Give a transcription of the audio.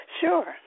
Sure